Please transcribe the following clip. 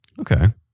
Okay